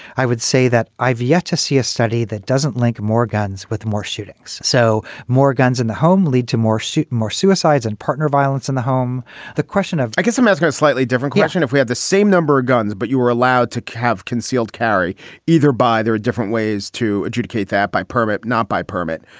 i would say that i've yet to see a study that doesn't link more guns with more shootings. so more guns in the home lead to more shoot, more suicides and partner violence in the home the question of i guess i'm asking a slightly different question, if we had the same number of guns, but you were allowed to have concealed carry either by there are different ways to adjudicate that by permit, not by permit.